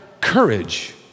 courage